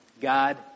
God